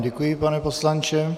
Děkuji vám, pane poslanče.